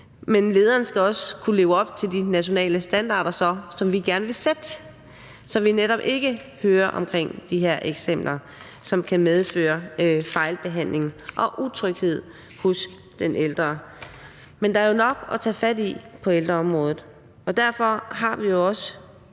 Men lederen skal også kunne leve op til de nationale standarder, som vi gerne vil sætte, så vi netop ikke hører om de her eksempler, som kan medføre fejlbehandling og utryghed hos den ældre. Men der er jo nok at tage fat i på ældreområdet, og derfor har vi også